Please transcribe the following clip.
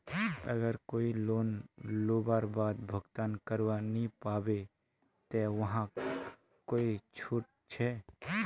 अगर कोई लोन लुबार बाद भुगतान करवा नी पाबे ते वहाक कोई छुट छे?